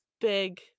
big